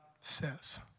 says